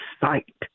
sight